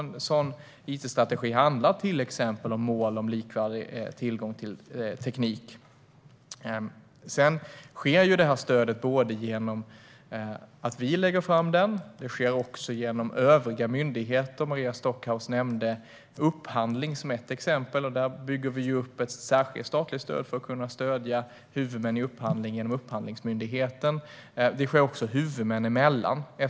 En sådan itstrategi handlar till exempel om mål om likvärdig tillgång till teknik. Detta stöd ges både genom att vi lägger fram det och genom övriga myndigheter. Maria Stockhaus nämnde upphandling som ett exempel. På det området bygger vi upp ett särskilt statligt stöd för att kunna stödja huvudmän i upphandlingar genom Upphandlingsmyndigheten. Det sker också huvudmän emellan.